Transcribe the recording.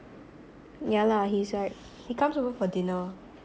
yeah lah he's like he comes over for dinner